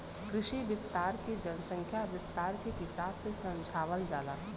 कृषि विस्तार के जनसंख्या विस्तार के हिसाब से समझावल जाला